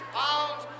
pounds